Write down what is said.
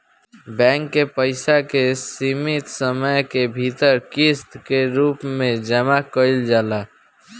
bank के पइसा के सीमित समय के भीतर किस्त के रूप में जामा कईल जाला